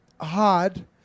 hard